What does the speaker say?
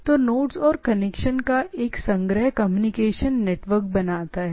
तो नोड्स और कनेक्शन का एक कलेक्शन कम्युनिकेशन नेटवर्क बनाता है